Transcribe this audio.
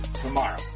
tomorrow